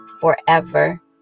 forever